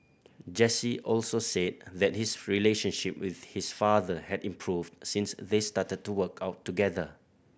Jesse also said that his relationship with his father had improved since they started to work out together